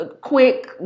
quick